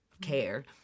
care